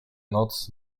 noc